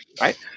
Right